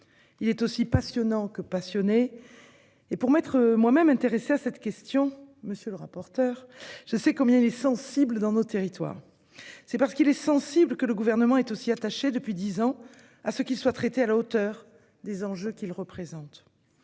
Il est aussi passionnant que passionné et, pour m'être moi-même penchée sur cette question, je sais combien il est sensible dans nos territoires. Et c'est parce qu'il est sensible que le Gouvernement est aussi attaché, depuis dix ans, à ce qu'il soit traité à la hauteur des enjeux qu'il représente.